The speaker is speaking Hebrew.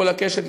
כל הקשת,